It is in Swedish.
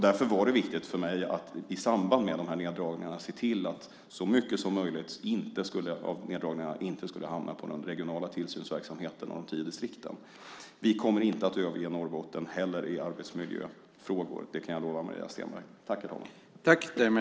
Därför var det viktigt för mig att i samband med neddragningarna se till att så mycket som möjligt av neddragningarna inte skulle hamna på de regionala tillsynsverksamheterna och de tio distrikten. Vi kommer inte att överge Norrbotten heller i arbetsmiljöfrågor. Det kan jag lova Maria Stenberg.